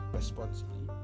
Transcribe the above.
responsibly